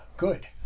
good